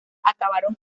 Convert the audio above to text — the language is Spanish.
acabaron